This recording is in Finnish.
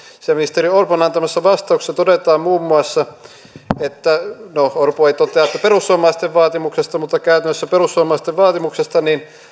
sisäministeri orpon antamassa vastauksessa todetaan muun muassa että no orpo ei totea että perussuomalaisten vaatimuksesta mutta käytännössä perussuomalaisten vaatimuksesta